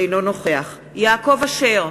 אינו נוכח יעקב אשר,